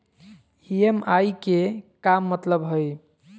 EMI के का मतलब हई?